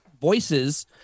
voices